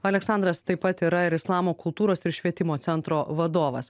aleksandras taip pat yra ir islamo kultūros ir švietimo centro vadovas